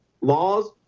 Laws